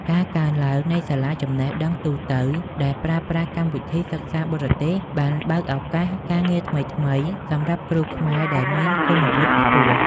ការកើនឡើងនៃសាលាចំណេះដឹងទូទៅដែលប្រើប្រាស់កម្មវិធីសិក្សាបរទេស បានបើកឱកាសការងារថ្មីៗសម្រាប់គ្រូខ្មែរដែលមានគុណវុឌ្ឍខ្ពស់។